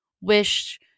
wish